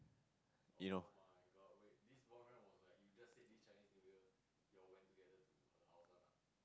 you know